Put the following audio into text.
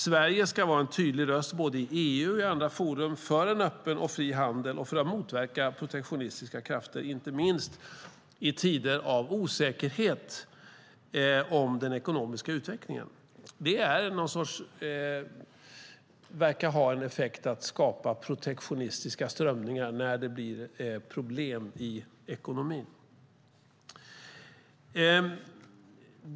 Sverige ska vara en tydlig röst i både EU och andra forum för en öppen och fri handel och för att motverka protektionistiska krafter, inte minst i tider av osäkerhet om den ekonomiska utvecklingen. Det verkar ha en effekt att skapa protektionistiska strömningar när det blir problem i ekonomin.